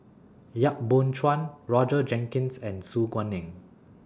Yap Boon Chuan Roger Jenkins and Su Guaning